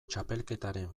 txapelketaren